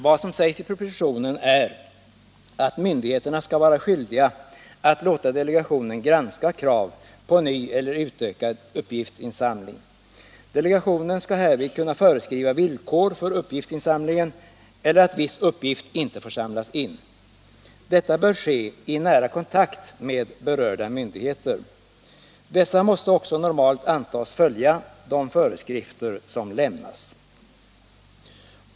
Vad som sägs i propositionen är att myndigheterna skall vara skyldiga att låta delegationen granska krav på ny eller utökad uppgiftsinsamling. Delegationen skall härvid kunna föreskriva villkor för uppgiftsinsamlingen eller att viss uppgift inte får samlas in. Detta bör ske i nära kontakt med berörda myndigheter. Dessa måste också normalt antas följa de föreskrifter som lämnas.